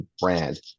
brand